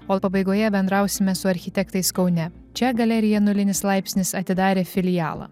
o pabaigoje bendrausime su architektais kaune čia galerija nulinis laipsnis atidarė filialą